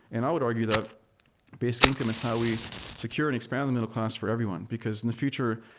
and i would argue that basic income is how we secure and expand the middleclass for everyone, because in the future,